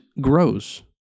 grows